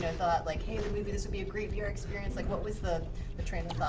thought like, hey, maybe this would be a great vr experience? like, what was the ah train